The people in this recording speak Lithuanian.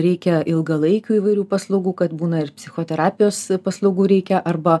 reikia ilgalaikių įvairių paslaugų kad būna ir psichoterapijos paslaugų reikia arba